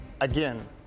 again